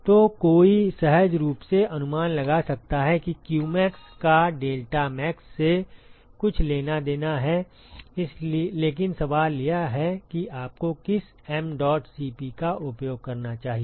तो कोई सहज रूप से अनुमान लगा सकता है कि qmax का डेल्टाटमैक्स से कुछ लेना देना है लेकिन सवाल यह है कि आपको किस mdot Cp का उपयोग करना चाहिए